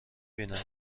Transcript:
بینمت